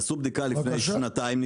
הם עשו בדיקה לפני שנתיים,